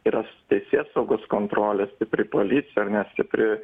yra teisėsaugos kontrolės stipri policija ar nestipri